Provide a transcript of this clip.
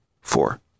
Four